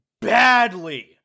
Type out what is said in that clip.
badly